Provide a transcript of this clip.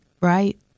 right